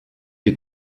est